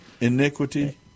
iniquity